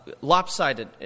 lopsided